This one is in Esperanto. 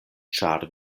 ĉar